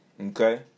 okay